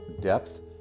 depth